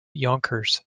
yonkers